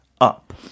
up